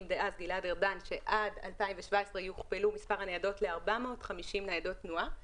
דאז גלעד ארדן שעד 2017 יוכפל מספר הניידות ל-450 ניידות תנועה,